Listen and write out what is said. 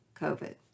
COVID